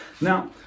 Now